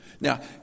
Now